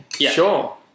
Sure